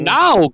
now